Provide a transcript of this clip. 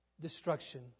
destruction